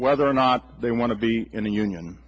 whether or not they want to be in a union